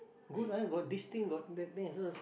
good ah got this thing got that things